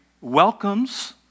welcomes